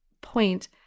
point